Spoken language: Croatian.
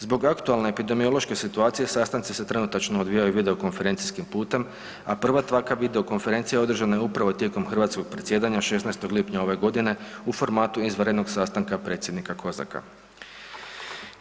Zbog aktualne epidemiološke situacije sastanci se trenutačno odvijaju video konferencijskim putem, a prva … [[Govornik se ne razumije]] video konferencije održana je upravo tijekom hrvatskog predsjedanja 16. lipnja ove godine u formatu izvanrednog sastanka predsjednika COSAC-a.